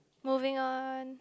moving on